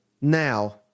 now